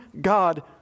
God